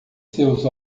seus